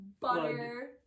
Butter